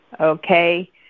Okay